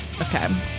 Okay